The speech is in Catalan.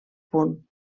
punt